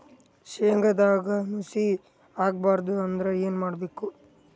ಶೇಂಗದಾಗ ನುಸಿ ಆಗಬಾರದು ಅಂದ್ರ ಏನು ಮಾಡಬೇಕು?